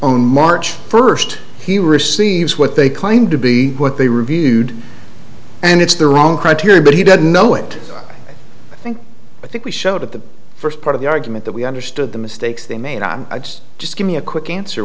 on march first he receives what they claim to be what they reviewed and it's the wrong criteria but he did know it i think i think we showed at the first part of the argument that we understood the mistakes they made on it's just give me a quick answer